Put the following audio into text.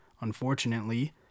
unfortunately